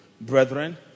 brethren